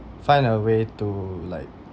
find a way to like